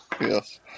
Yes